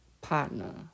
partner